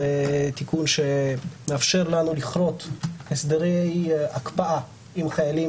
זה תיקון שמאפשר לנו לכרות הסדרי הקפאה עם חיילים